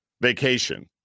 vacation